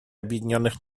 объединенных